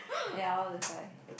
ya orh that's why